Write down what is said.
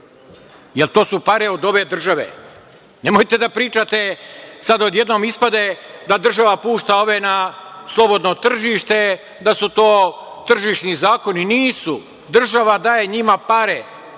jer su to pare od ove države. Nemojte da pričate, sada odjednom ispade da država pušta ove na slobodno tržište, da su to tržišni zakoni. Nisu. Država daje njima pare